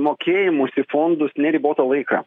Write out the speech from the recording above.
mokėjimus į fondus neribotą laiką